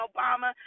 Obama